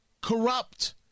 corrupt